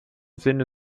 sinne